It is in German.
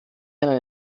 einen